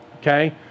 okay